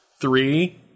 Three